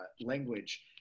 language